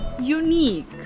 unique